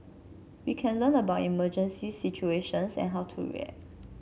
we can learn about emergency situations and how to react